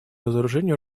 разоружению